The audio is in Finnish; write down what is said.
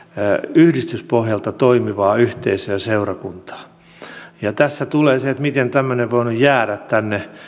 yhdistyspohjalta toimivaa yhteisöä ja seurakuntaa tässä tulee se miten tämmöinen on voinut jäädä tänne